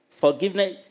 Forgiveness